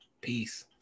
peace